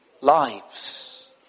lives